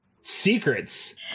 secrets